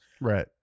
Right